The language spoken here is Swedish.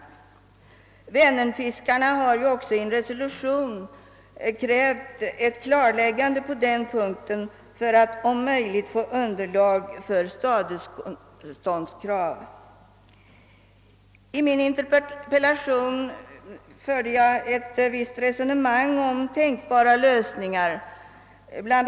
Vänern fiskarna har också i en resolution krävt ett klarläggande på den punkten för att om möjligt få underlag för skadeståndskrav. I min interpellation förde jag ett visst resonemang om tänkbara lösningar. Bl.